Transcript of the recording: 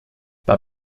bei